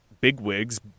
bigwigs